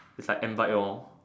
is like Ant bite lor